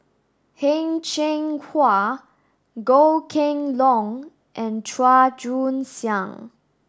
Heng Cheng Hwa Goh Kheng Long and Chua Joon Siang